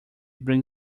bring